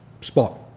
spot